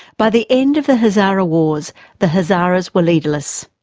by the end of the hazara wars the hazaras were leaderless,